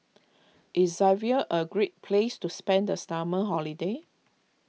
is Zambia a great place to spend the stomach holiday